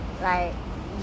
can't feel anything meaning